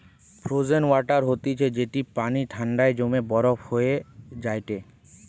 frozen water হতিছে যেটি পানি ঠান্ডায় জমে বরফ হয়ে যায়টে